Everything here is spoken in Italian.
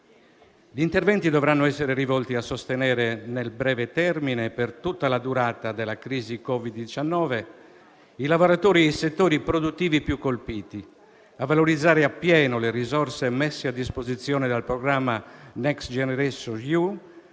Gli interventi dovranno essere rivolti a sostenere nel breve termine, per tutta la durata della crisi Covid-19, i lavoratori nei settori produttivi più colpiti, a valorizzare appieno le risorse messe a disposizione dal programma Next generation EU,